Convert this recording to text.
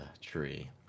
tree